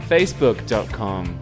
Facebook.com